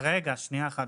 שנייה אחת.